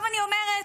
אני אומרת,